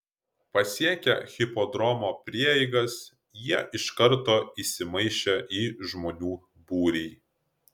pasiekę hipodromo prieigas jie iš karto įsimaišė į žmonių būrį